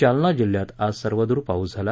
जालना जिल्ह्यात आज सर्वदूर पाऊस झाला